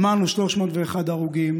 אמרנו, 301 הרוגים.